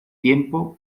tiempo